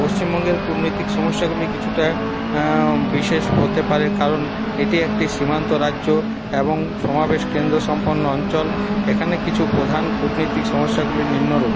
পশ্চিমবঙ্গের কূটনীতিক সমস্যাগুলি কিছুটা বিশেষ হতে পারে কারণ এটি একটি সীমান্ত রাজ্য এবং সমাবেশ কেন্দ্র সম্পন্ন অঞ্চল এখানে কিছু প্রধান কূটনীতিক সমস্যাগুলি নিম্নরূপ